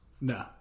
No